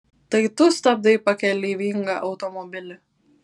tai tu stabdai pakeleivingą automobilį